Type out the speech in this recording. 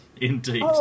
indeed